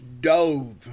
dove